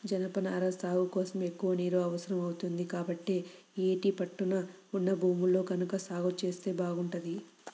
జనపనార సాగు కోసం ఎక్కువ నీరు అవసరం అవుతుంది, కాబట్టి యేటి పట్టున ఉన్న భూముల్లో గనక సాగు జేత్తే బాగుంటది